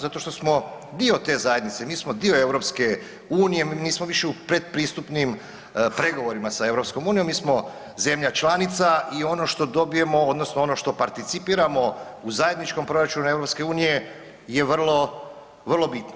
Zato što smo dio te zajednice, mi smo dio EU, mi nismo više u pretpristupnim pregovorima s EU, mi smo zemlja članica i ono što dobijemo, odnosno ono što participiramo u zajedničkom proračunu EU je vrlo, vrlo bitno.